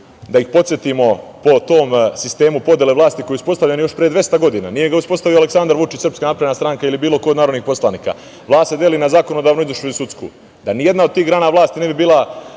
da ih podsetimo po tom sistemu podele vlasti koji je uspostavljen još pre dvesta godina, nije ga uspostavio Aleksandar Vučić, SNS ili bilo ko od narodnih poslanika. Vlast se deli na zakonodavnu, izvršnu i sudsku. Da nijedna od tih grana vlasti ne bi bila